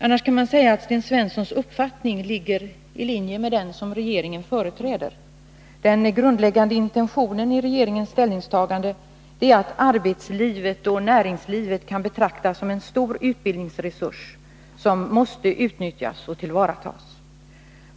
Annars kan man säga att Sten Svenssons uppfattning ligger i linje med den som regeringen företräder. Den grundläggande intentionen i regeringens ställningstagande är att arbetslivet och näringslivet kan betraktas som en stor utbildningsresurs, som måste utnyttjas och tillvaratas.